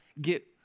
get